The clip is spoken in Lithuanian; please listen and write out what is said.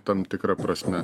tam tikra prasme